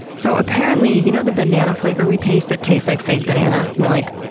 so apparently, you know the banana flavor we taste that tastes like fake banana, we're like,